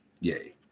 Yay